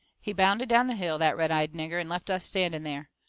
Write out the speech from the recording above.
he bounded down the hill, that red-eyed nigger, and left us standing there.